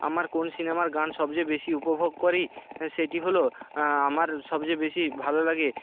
আমার কোন সিনেমার গান সবযেয়ে বেশি উপভোগ করি সেইটি হল আমার সবযেয়ে বেশি ভালো লাগে